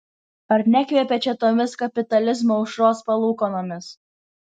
ar nekvepia čia tomis kapitalizmo aušros palūkanomis